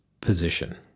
position